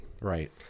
Right